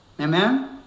Amen